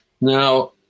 Now